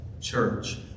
church